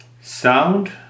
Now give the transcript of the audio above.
sound